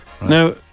Now